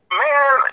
man